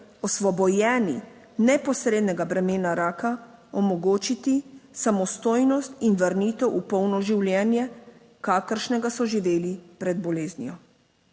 osvobojeni neposrednega bremena raka, omogočiti samostojnost in vrnitev v polno življenje, kakršnega so živeli pred boleznijo.